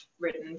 written